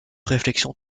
réflexion